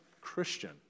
Christian